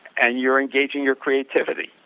and you're engaging your creativity.